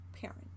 parent